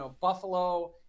Buffalo